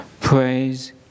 Praise